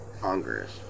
Congress